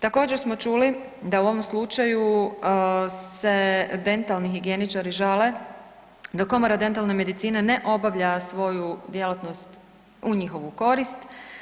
Također smo čuli da u ovom slučaju se dentalni higijeničari žale da komora dentalne medicine ne obavlja svoju djelatnost u njihovu korist.